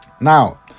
Now